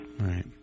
Right